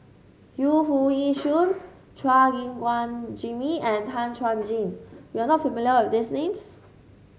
Yu Foo Yee Shoon Chua Gim Guan Jimmy and Tan Chuan Jin you are not familiar with these names